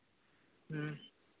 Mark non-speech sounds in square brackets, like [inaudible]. [unintelligible]